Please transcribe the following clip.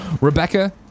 Rebecca